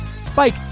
Spike